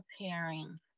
preparing